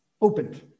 Opened